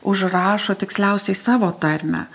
užrašo tiksliausiai savo tarmę